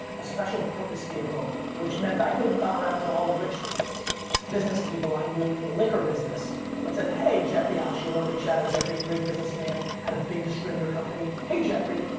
a special purpose vehicle, which meant i could have gone around to all the rich business people i knew in the liquor business and said, hey, jeffrey, al shuler, big shadow, jeffery great businessman, had a big distributor company. hey jeffrey,